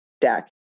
deck